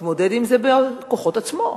יתמודד עם זה בכוחות עצמו.